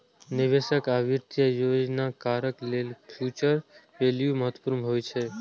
निवेशक आ वित्तीय योजनाकार लेल फ्यूचर वैल्यू महत्वपूर्ण होइ छै